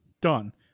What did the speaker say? done